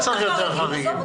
לא צריך יותר חריגים.